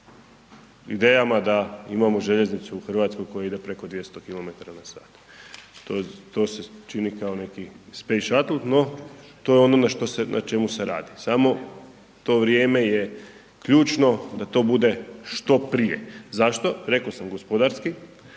idejama da imamo željeznicu u RH koja ide preko 200 km/h, to, to se čini kao neki space shuttle, no to je ono na što, na čemu se radi, samo to vrijeme je ključno da to bude što prije. Zašto? Reko sam gospodarski,